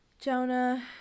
Jonah